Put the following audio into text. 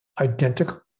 identical